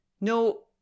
No